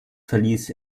verließ